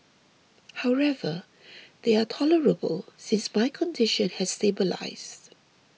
however they are tolerable since my condition has stabilised